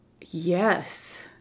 Yes